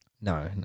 no